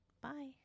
Bye